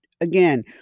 Again